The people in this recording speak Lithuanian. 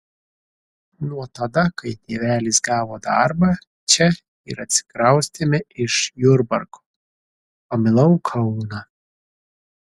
nuo tada kai tėvelis gavo darbą čia ir atsikraustėme iš jurbarko pamilau kauną